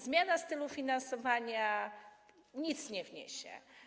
Zmiana stylu finansowania nic nie wniesie.